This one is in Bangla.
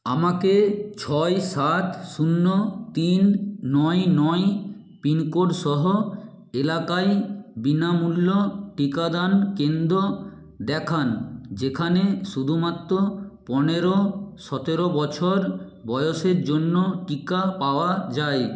আমাকে ছয় সাত শূন্য তিন নয় নয় পিনকোড সহ এলাকায় বিনামূল্য টিকাদান কেন্দ্র দেখান যেখানে শুধুমাত্র পনেরো সতেরো বছর বয়সের জন্য টিকা পাওয়া যায়